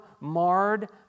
marred